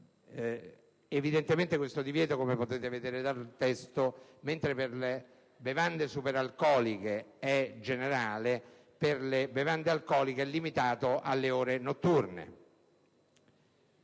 autostradali. Questo divieto, come potete leggere dal testo, mentre per le bevande superalcoliche è generale, per le bevande alcoliche è limitato alle ore notturne.